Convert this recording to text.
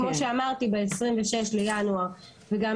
כמו שאמרתי, ב-26 בינואר --- דקה.